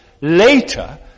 later